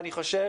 אני חושב